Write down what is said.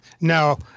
No